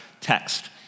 text